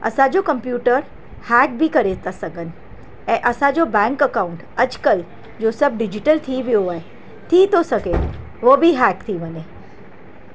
असांजो computer hack बि करे था सघनि ऐं असांजो बैंक अकाउंट अॼु कल्ह जो सभु डिजीटल थी वियो आहे थी थो सघे हू बि हैक थी वञे